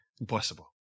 Impossible